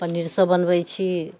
पनीर सभ बनबैत छी